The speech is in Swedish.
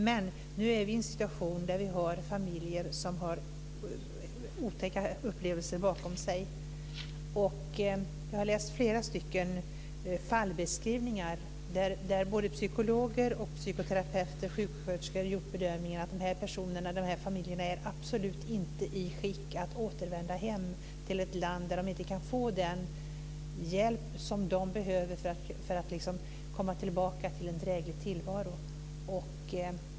Men nu är vi i en situation där det finns familjer som har otäcka upplevelser bakom sig. Jag har läst flera fallbeskrivningar, där såväl psykologer och psykoterapeuter som sjuksköterskor har gjort bedömningen att dessa personer eller familjer absolut inte är i skick att återvända hem till ett land där de inte kan få den hjälp som de behöver för att komma tillbaka till en dräglig tillvaro.